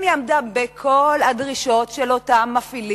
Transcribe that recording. אם היא עמדה בכל הדרישות של המפעילים,